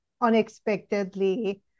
unexpectedly